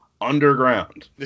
underground